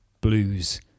blues